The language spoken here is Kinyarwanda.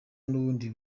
n’ubundi